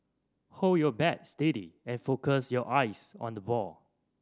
hold your bat steady and focus your eyes on the ball